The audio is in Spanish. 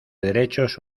derechos